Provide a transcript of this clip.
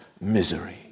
misery